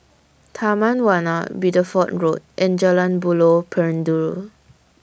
Taman Warna Bideford Road and Jalan Buloh Perindu